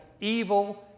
evil